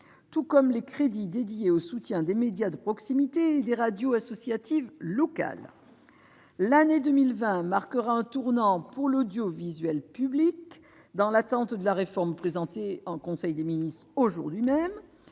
tout comme les crédits affectés au soutien des médias de proximité et des radios associatives locales. L'année 2020 marquera un tournant pour l'audiovisuel public, dans l'attente de la réforme présentée en conseil des ministres ce matin.